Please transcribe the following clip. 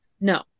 No